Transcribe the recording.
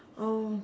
oh